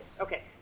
Okay